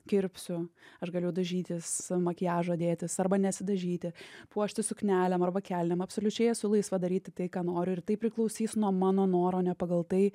kirpsiu aš galiu dažytis makiažą dėtis arba nesidažyti puoštis suknelėm arba kelnėm absoliučiai esu laisva daryti tai ką noriu ir tai priklausys nuo mano noro o ne pagal tai